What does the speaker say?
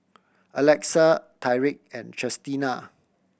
Alexa Tyrik and Chestina